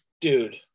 Dude